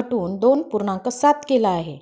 घटवून दोन पूर्णांक सात केल आहे